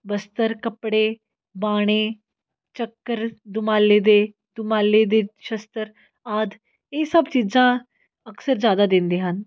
ਬਸਤਰ ਕੱਪੜੇ ਬਾਣੇ ਚੱਕਰ ਦੁਮਾਲੇ ਦੇ ਦੁਮਾਲੇ ਦੇ ਸ਼ਸਤਰ ਆਦਿ ਇਹ ਸਭ ਚੀਜ਼ਾਂ ਅਕਸਰ ਜ਼ਿਆਦਾ ਦਿੰਦੇ ਹਨ